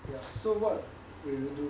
ya so what will you do